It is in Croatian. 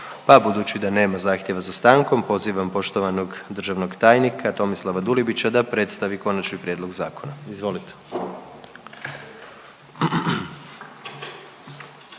budući da nema zahtjeva za stankom pozivam poštovanog državnog tajnika Tomislava Dulibića da predstavi konačni prijedlog zakona. Izvolite.